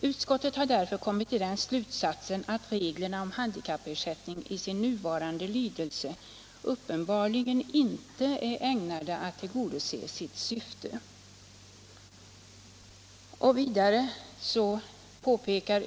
Utskottet har därför kommit till den slutsatsen att reglerna om handikappersättning i sin nuvarande lydelse uppenbarligen inte är ägnade att tillgodose sitt syfte.